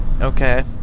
Okay